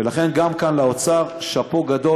לכן, גם כאן לאוצר שאפו גדול.